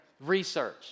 research